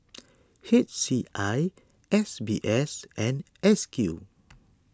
H C I S B S and S Q